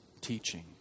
teaching